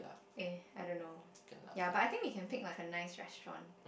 eh I don't know ya but I think we can pick like a nice restaurant